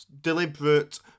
deliberate